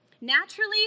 Naturally